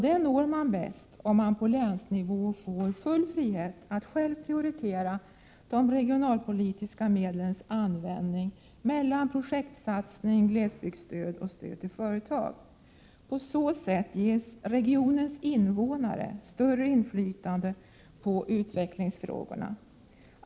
Det når man bäst om man på länsnivå får full frihet att själv prioritera de regionalpolitiska medlens användning och välja mellan projektsatsning, glesbygdsstöd och stöd till företag. På så sätt ges regionens invånare större inflytande på utvecklingsfrågorna.